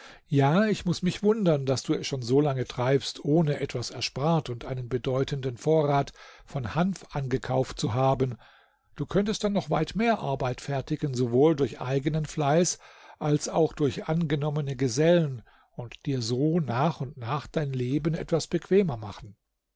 ja ich muß mich wundern daß du es schon so lange treibst ohne etwas erspart und einen bedeutenden vorrat von hanf angekauft zu haben du könntest dann noch weit mehr arbeit fertigen sowohl durch eigenen fleiß als auch durch angenommene gesellen und dir so nach und nach dein leben etwas bequemer machen